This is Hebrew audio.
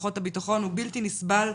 כוחות הביטחון - הוא בלתי נסבל,